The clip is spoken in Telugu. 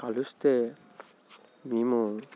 కలిస్తే మేము